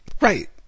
Right